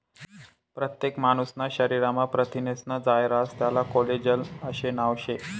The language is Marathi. परतेक मानूसना शरीरमा परथिनेस्नं जायं रास त्याले कोलेजन आशे नाव शे